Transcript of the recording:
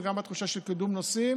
גם בתחושה של קידום נושאים